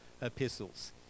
epistles